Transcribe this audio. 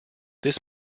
this